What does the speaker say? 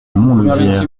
montleviere